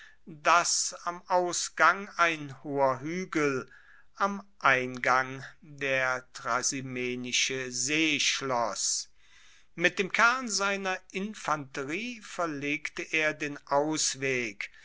das am ausgang ein hoher huegel am eingang der trasimenische see schloss mit dem kern seiner infanterie verlegte er den ausweg